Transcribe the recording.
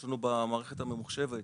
יש לנו מערכת ממוחשבת,